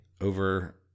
over